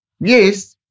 Yes